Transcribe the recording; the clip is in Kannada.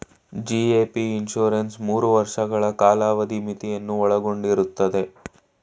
ಜಿ.ಎ.ಪಿ ಇನ್ಸೂರೆನ್ಸ್ ಮೂರು ವರ್ಷಗಳ ಕಾಲಾವಧಿ ಮಿತಿಯನ್ನು ಒಳಗೊಂಡಿರುತ್ತದೆ